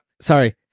Sorry